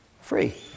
Free